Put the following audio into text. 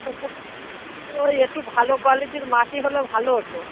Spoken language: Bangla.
পুকুর ওই একটু ভালো কোয়ালিটির মাটি হলে ভালো হতো